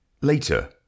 Later